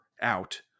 out